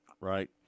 Right